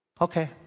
okay